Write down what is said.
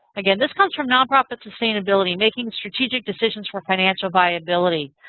again, this comes from nonprofit sustainability making strategic decisions for financial viability.